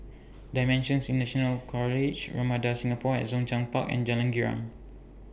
DImensions International College Ramada Singapore At Zhongshan Park and Jalan Girang